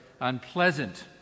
unpleasant